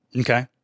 Okay